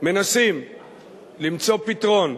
מנסים למצוא פתרון,